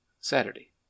Saturday